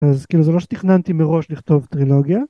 אז כאילו זה לא שתכננתי מראש לכתוב טרילוגיה.